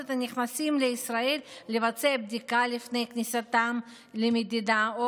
את הנכנסים לישראל לבצע בדיקה לפני כניסתם למדינה או